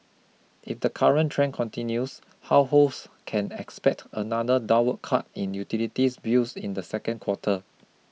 if the current trend continues households can expect another downward cut in utilities bills in the second quarter